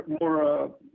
more